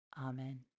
Amen